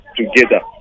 together